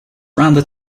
rather